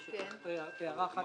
ברשותך, הערה על אחזקת